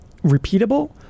repeatable